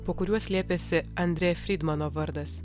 po kuriuo slėpėsi andrė frydmano vardas